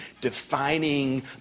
defining